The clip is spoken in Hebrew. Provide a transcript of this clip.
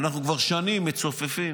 אנחנו כבר שנה מצופפים.